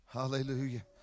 Hallelujah